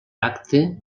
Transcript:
acte